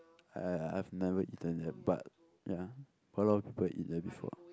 I I I have never eaten that but ya but got a lot people eat that before